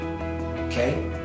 okay